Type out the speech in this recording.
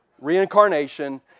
reincarnation